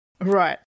Right